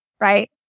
Right